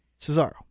Cesaro